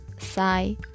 sigh